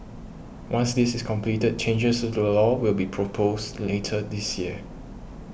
once this is completed changes to the law will be proposed later this year